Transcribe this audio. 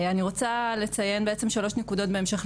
אני רוצה לציין בעצם שלוש נקודות בהמשך,